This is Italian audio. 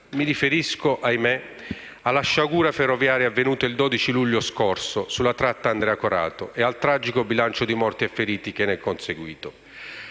Mi riferisco - ahimè - alla sciagura ferroviaria avvenuta il 12 luglio scorso sulla tratta Andria-Corato e al tragico bilancio di morti e feriti che ne è conseguito.